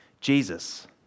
Jesus